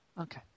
Okay